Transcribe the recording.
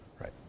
Right